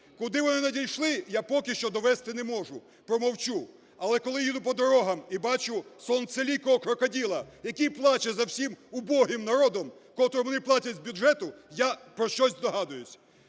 Куди вони надійшли, я поки що довести не можу, промовчу. Але коли їду по дорогах і бачу сонцеликого крокодила, який плаче за всім убогим народом, котрому не платять